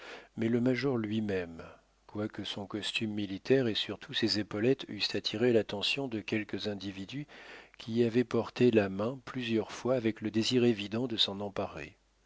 mais le major lui-même quoique son costume militaire et surtout ses épaulettes eussent attiré l'attention de quelques individus qui y avaient porté la main plusieurs fois avec le désir évident de s'en emparer